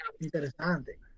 interesante